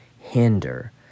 hinder